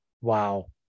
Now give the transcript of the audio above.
Wow